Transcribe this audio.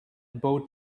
bow